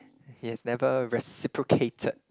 he has never reciprocated